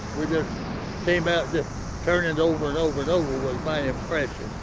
we just came out just turning and over and over and over, was my impression.